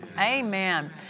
Amen